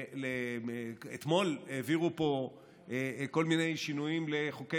אתמול העבירו פה כל מיני שינויים לחוקי